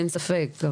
אין ספק.